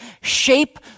shape